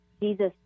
Jesus